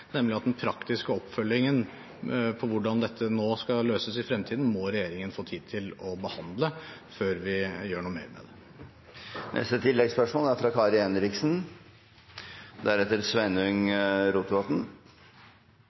nemlig at den praktiske oppfølgingen av hvordan dette skal løses i fremtiden, må regjeringen få tid til å behandle før vi gjør noe mer med det.